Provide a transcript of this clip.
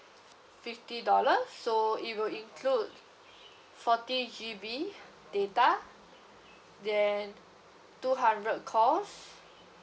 fifty dollars so it will include forty G_B data then two hundred calls